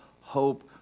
hope